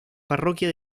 parroquia